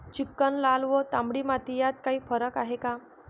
Chicken, लाल व तांबडी माती यात काही फरक आहे का?